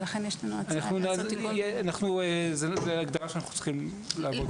לכן יש לנו הצעה לעשות תיקון -- זאת הגדרה שאנחנו צריכים לעבוד עליה.